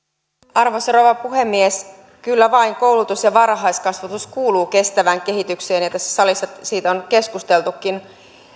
arvoisa rouva puhemies kyllä vain koulutus ja varhaiskasvatus kuuluvat kestävään kehitykseen ja tässä salissa siitä on keskusteltukin